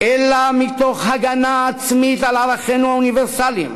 אלא מתוך הגנה עצמית על ערכינו האוניברסליים,